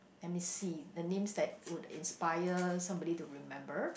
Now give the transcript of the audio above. let me see the names that would inspire somebody to remember